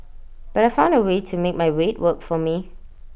but I found A way to make my weight work for me